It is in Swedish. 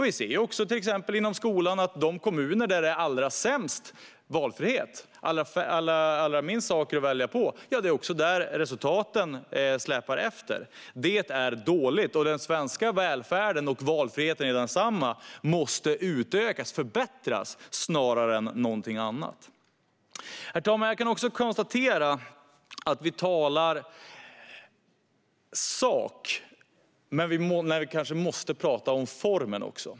Vi ser till exempel inom skolan att det är i de kommuner där det är allra minst valfrihet - få saker att välja mellan - som resultaten släpar efter. Detta är dåligt, och den svenska välfärden och valfriheten i välfärden måste utökas och förbättras snarare än något annat. Herr talman! Jag kan konstatera att vi talar om sak, men vi måste också tala om form.